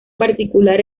particular